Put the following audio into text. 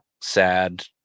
sad